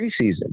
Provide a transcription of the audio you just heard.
preseason